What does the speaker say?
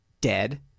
dead